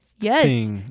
Yes